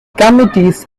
committees